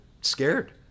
scared